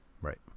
Right